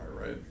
right